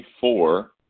four